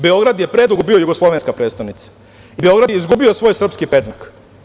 Beograd je predugo bio jugoslovenska prestonica i Beograd je izgubio svoj srpski predznak.